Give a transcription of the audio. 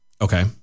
Okay